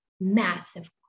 massive